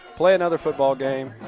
play another football game,